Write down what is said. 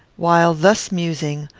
while thus musing,